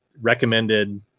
recommended